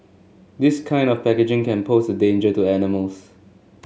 this kind of packaging can pose a danger to animals